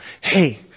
hey